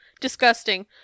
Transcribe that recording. disgusting